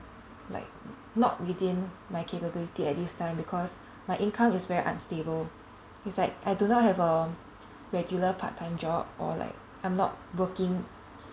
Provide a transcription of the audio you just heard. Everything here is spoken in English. like not within my capability at this time because my income is very unstable it's like I do not have a regular part time job or like I'm not working